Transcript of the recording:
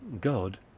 God